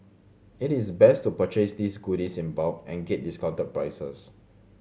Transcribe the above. it is best to purchase these goodies in bulk to get discounted prices